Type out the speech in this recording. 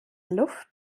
luft